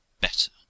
better